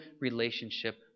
relationship